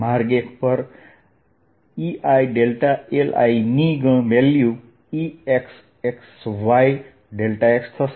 માર્ગ 1 પર Eili ની વેલ્યુ Exxy x થશે